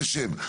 נשב.